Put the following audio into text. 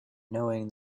knowing